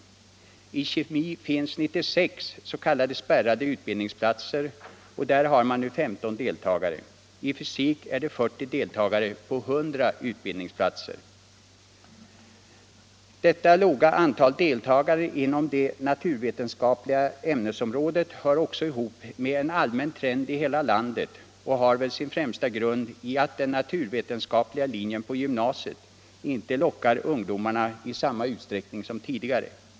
I kemi finns 96 s.k. spärrade utbildningsplatser, och där har man nu 15 deltagare. I fysik är det 40 deltagare på 100 utbildningsplatser. Detta låga antal deltagare inom det naturvetenskapliga ämnesområdet hör också ihop med en allmän trend i hela landet och har väl sin främsta grund i att den naturvetenskapliga linjen på gymnasiet inte lockar ungdomarna i samma utsträckning som tidigare.